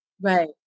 Right